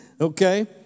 okay